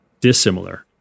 dissimilar